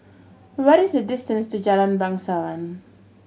what is the distance to Jalan Bangsawan